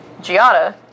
Giada